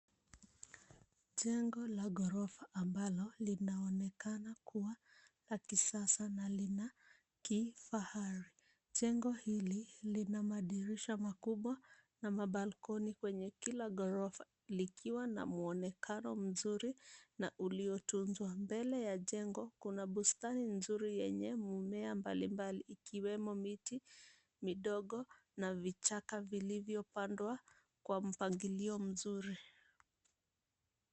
Jengo la ghorofa ambalo linaonekana kuwa la kisasa na la kifahari. Jengo hili lina madirisha makubwa na mabalkoni kwenye kila ghorofa likiwa na mwonekano mzuri na uliotunzwa. Mbele ya jengo kuna bustani nzuri yenye mimea mbalimbali ikiwemo miti midogo na vichaka vilivyopangwa kwa mpangilio mzuri.